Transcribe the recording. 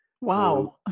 Wow